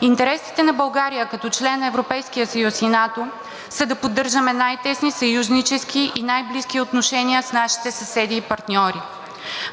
Интересите на България като член на Европейския съюз и НАТО са да поддържаме най-тесни съюзнически и най-близки отношения с нашите съседи и партньори.